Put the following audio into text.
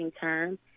term